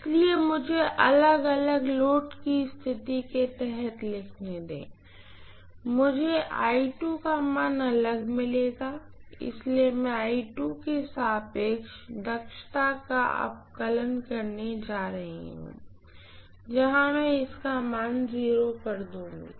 इसलिए मुझे अलग अलग लोड की स्थिति के तहत लिखने दें मुझे का मान अलग मिलेगा इसलिए मैं के सापेक्ष दक्षता का अवकलन करने जा रही हूँ जहाँ मैं इसका मान कर दूंगा